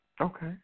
Okay